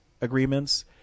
agreements